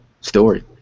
story